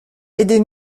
aidez